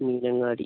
Meenangadi